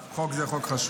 חוק זה הוא חוק חשוב.